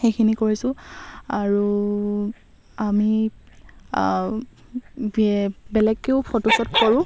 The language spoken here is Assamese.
সেইখিনি কৰিছোঁ আৰু আমি বেলেগকেও ফটোশ্বুট কৰোঁ